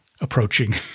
approaching